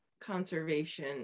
conservation